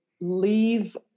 leave